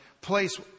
place